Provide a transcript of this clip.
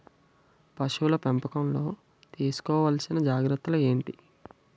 పశువుల పెంపకంలో తీసుకోవల్సిన జాగ్రత్తలు ఏంటి?